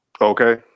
Okay